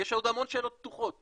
יש עוד המון שאלות פתוחות,